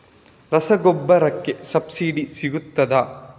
ರಸಗೊಬ್ಬರಕ್ಕೆ ಸಬ್ಸಿಡಿ ಸಿಗ್ತದಾ?